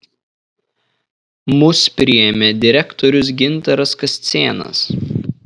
mus priėmė direktorius gintaras kascėnas